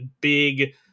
big